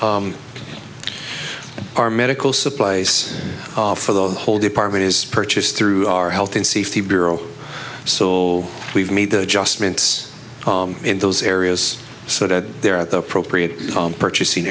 that our medical supplies for the whole department is purchased through our health and safety bureau so we've made the adjustments in those areas so that they're at the appropriate purchasing